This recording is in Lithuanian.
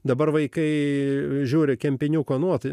dabar vaikai žiūri kempine klonuoti